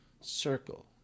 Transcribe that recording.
circle